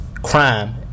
Crime